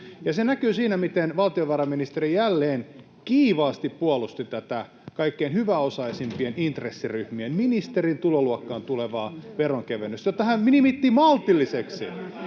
Se näkyy siinä, miten valtiovarainministeri jälleen kiivaasti puolusti tätä kaikkein hyväosaisimmille intressiryhmille tulevaa, ministerin tuloluokkaan tulevaa, veronkevennystä, jota hän nimitti maltilliseksi